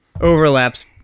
overlaps